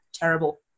terrible